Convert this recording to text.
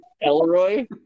Elroy